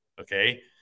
Okay